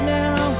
now